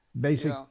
basic